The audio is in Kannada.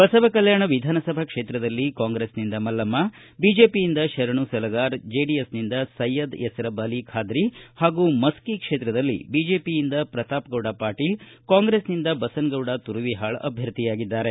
ಬಸವಕಲ್ಯಾಣ ವಿಧಾನಸಭಾ ಕ್ಷೇತ್ರದಲ್ಲಿ ಕಾಂಗ್ರೆಸ್ನಿಂದ ಮಲ್ಲಮ್ಮ ಬಿಜೆಪಿಯಿಂದ ಶರಣು ಸಲಗಾರ್ ಜೆಡಿಎಸ್ನಿಂದ ಸೈಯದ್ ಯಸರಬ್ ಅಲಿ ಖಾದ್ರಿ ಹಾಗೂ ಮಸ್ಕಿ ಕ್ಷೇತ್ರದಲ್ಲಿ ಬಿಜೆಖಿಯಿಂದ ಪ್ರತಾಪ್ಗೌಡ ಪಾಟೀಲ್ ಕಾಂಗ್ರೆಸ್ನಿಂದ ಬಸನಗೌಡ ತುರವಿಹಾಳ್ ಅಭ್ಯರ್ಥಿಯಾಗಿದ್ದಾರೆ